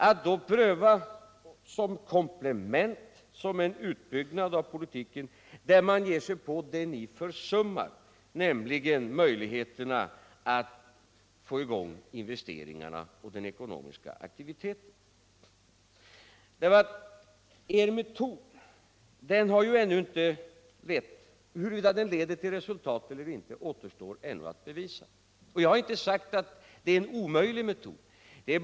Då skulle man som ctt komplement och som en utbyggnad av politiken kunna pröva det som ni har försummat, nämligen att verkligen få i gång investeringarna och öka den ekonomiska aktiviteten. Huruvida er metod leder till resultat återstår ännu att se. Jag har inte sagt att det är en omöjlig metod.